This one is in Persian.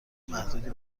محدودی